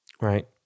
Right